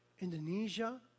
Indonesia